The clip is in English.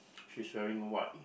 she's wearing white